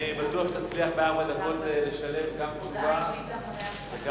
אני בטוח שתצליח בארבע דקות לשלב גם תשובה וגם,